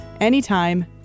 Anytime